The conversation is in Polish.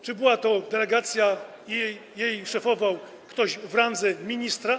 Czy była to delegacja, czy szefował jej ktoś w randze ministra?